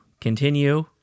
continue